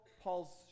Paul's